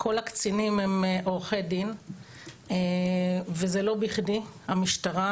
כל הקצינים הם עורכי דין וזה לא בכדי, המשטרה